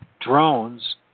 drones